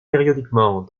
périodiquement